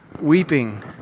weeping